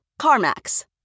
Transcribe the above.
CarMax